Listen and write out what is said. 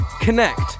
connect